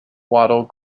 wattle